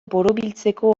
borobiltzeko